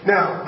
Now